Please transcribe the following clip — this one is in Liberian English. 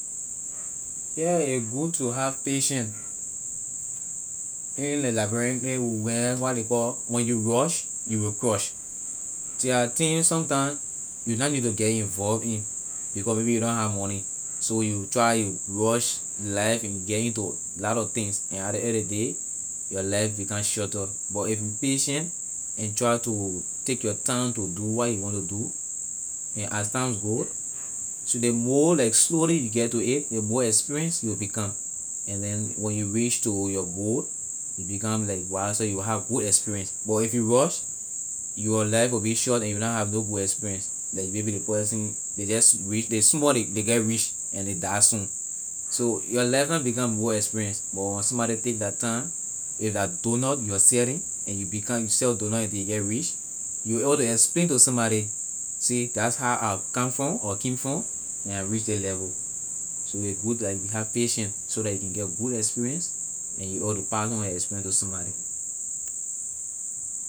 Yeah a good to have patient in ley liberian plan we learn what ley call when you rush you will crush. The are thing sometime you don’t need to get involved in because maybe you na have money so you try a rush life you will get into lot of things and at ley end of ley day your life become shorter but but if you patient and try to take your time to do what you want to do and as time go so ley more like slowly you get to it, the more experience you will become and then when you reach to your goal you become like wiser you will have good experience but if you rush your life will be short and you will na have no good experience like maybe ley person ley just ric- ley small ley get rich and ley die soon. So your life na become more experience but when somebody take la time if la doughnut you were selling and you become you sell doughnut until you get rich you able to explain to somebody say that’s how I come from or came from and I reach ley level. So a good that you have patient so that you can get good experience and you able to pass on la experience to somebody.